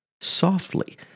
Softly